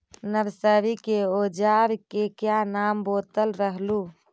Nursery के ओजार के क्या नाम बोलत रहलू?